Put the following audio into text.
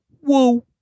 Whoa